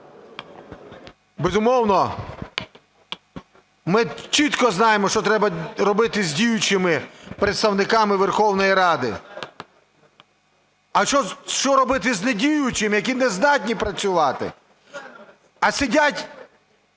Безумовно, ми чітко знаємо, що треба робити з діючими представниками Верховної Ради, а що робити з не діючими, які не здатні працювати, а сидять